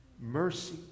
mercy